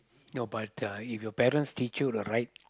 no but uh if your parents teach you the right